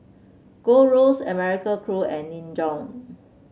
Gold Roast American Crew and Nin Jiom